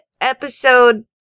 episode